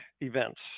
events